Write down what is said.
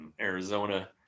Arizona